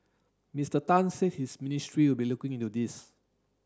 Mister Tan said his ministry will be looking into this